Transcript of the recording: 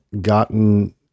gotten